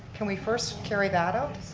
can we first carry that out?